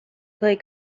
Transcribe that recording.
play